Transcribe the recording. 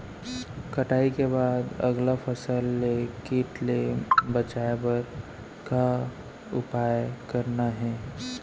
कटाई के बाद अगला फसल ले किट ले बचाए बर का उपाय करना हे?